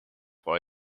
for